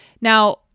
Now